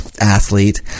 athlete